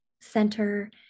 center